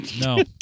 No